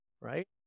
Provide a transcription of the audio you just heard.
Right